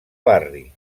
barri